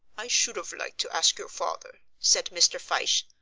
i should have liked to ask your father, said mr. fyshe,